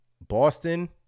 Boston –